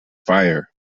fire